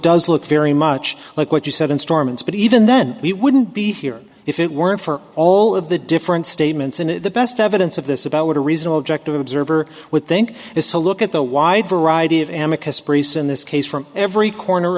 does look very much like what you said instruments but even then we wouldn't be here if it weren't for all of the different statements and the best evidence of this about what a reasonable objective observer would think it's a look at the wide variety of amica priests in this case from every corner